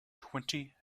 twenty